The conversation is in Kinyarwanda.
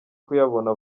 kuyabona